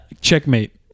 Checkmate